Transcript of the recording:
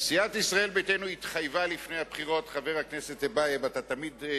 סיעת ישראל ביתנו התחייבה לפני הבחירות שהיא תביא